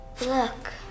Look